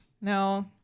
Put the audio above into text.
No